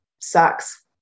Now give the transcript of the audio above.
sucks